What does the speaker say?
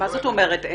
יש רק כותרת?